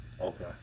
Okay